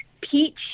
peach